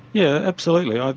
yeah absolutely, ah